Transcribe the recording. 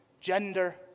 gender